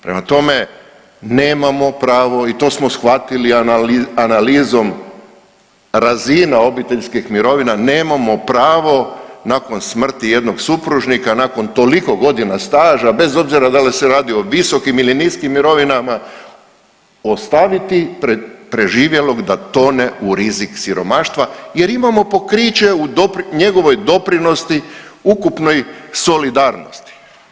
Prema tome, nemamo pravo i to smo shvatili analizom razina obiteljskih mirovina, nemamo pravo nakon smrti jednog supružnika, nakon toliko godina staža bez obzira da li se radi o visokim ili niskim mirovinama ostaviti preživjelog da tone u rizik siromaštva jer imamo pokriće u njegovoj doprinosti ukupnoj solidarnosti.